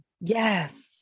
Yes